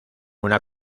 una